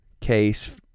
case